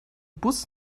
bus